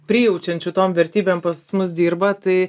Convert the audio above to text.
prijaučiančių tom vertybėm pas mus dirba tai